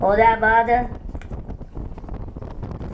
ओह्दे बा